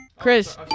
Chris